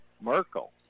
Merkel